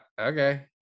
okay